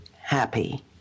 happy